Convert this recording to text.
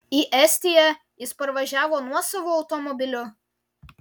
į estiją jis parvažiavo nuosavu automobiliu